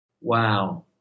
Wow